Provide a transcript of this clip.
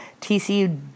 TCU